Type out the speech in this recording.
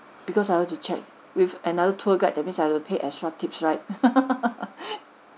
because I want to check with another tour guide that's mean I will pay extra tips right